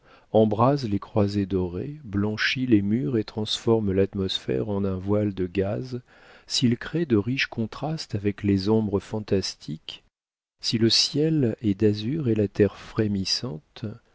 embrase les croix dorées blanchit les murs et transforme l'atmosphère en un voile de gaze s'il crée de riches contrastes avec les ombres fantastiques si le ciel est d'azur et la terre frémissante